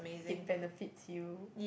it benefits you